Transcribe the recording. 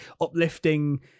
uplifting